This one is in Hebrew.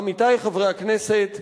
עמיתי חברי הכנסת,